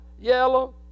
yellow